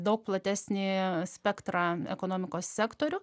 daug platesnį spektrą ekonomikos sektorių